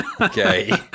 Okay